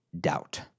doubt